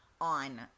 on